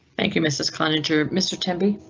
thank you mrs. conjure mr tim